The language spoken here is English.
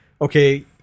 okay